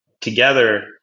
together